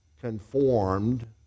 conformed